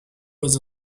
was